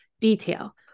detail